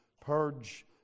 purge